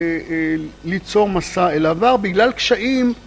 ליצור מסע אל עבר בגלל קשיים...